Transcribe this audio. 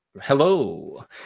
Hello